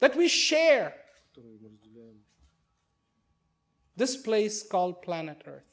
that we share this place called planet earth